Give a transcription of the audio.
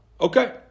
Okay